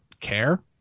care